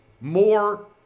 more